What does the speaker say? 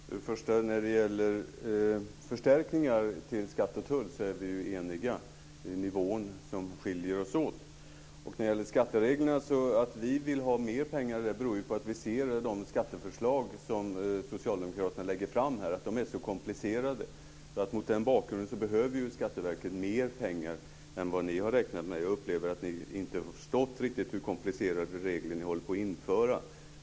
Herr talman! När det gäller förstärkningar till skatteförvaltningen och Tullverket är vi eniga. Det är nivån som skiljer oss åt. Att vi vill anslå mer pengar till skatteförvaltningen beror på att vi anser att de skatteförslag som socialdemokraterna lägger fram är komplicerade. Mot den bakgrunden behöver skatteverket mer pengar än vad ni har räknat med. Jag upplever det som att ni inte riktigt har förstått hur komplicerade regler som ni håller på att införa.